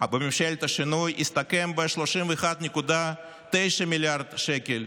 בממשלת השינוי, הסתכם ב-31.9 מיליארד שקל,